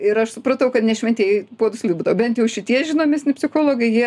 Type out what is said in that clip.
ir aš supratau kad ne šventieji puodus lipdo bent jau šitie žinomesni psichologai jie